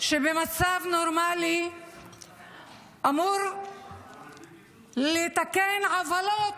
שבמצב נורמלי אמור לתקן עוולות,